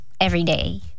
everyday